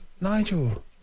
Nigel